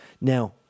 Now